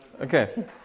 Okay